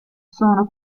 sono